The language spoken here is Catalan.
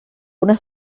una